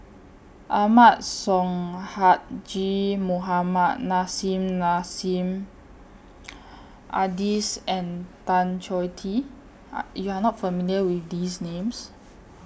Ahmad Sonhadji Mohamad Nissim Nassim Adis and Tan Choh Tee YOU Are not familiar with These Names